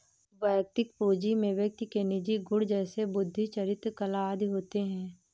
वैयक्तिक पूंजी में व्यक्ति के निजी गुण जैसे बुद्धि, चरित्र, कला आदि होते हैं